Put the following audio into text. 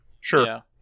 sure